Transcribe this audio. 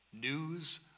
news